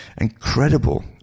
Incredible